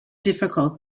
difficult